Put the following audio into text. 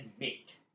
mate